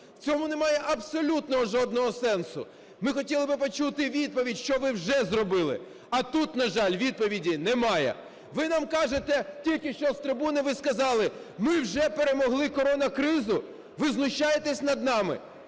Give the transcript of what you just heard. В цьому немає абсолютного, жодного сенсу. Ми хотіли б почути відповідь, що ви вже зробили. А тут, на жаль, відповіді немає. Ви нам кажете, тільки що з трибуни ви сказали, ми вже перемогли коронакризу. Ви знущаєтесь над нами?!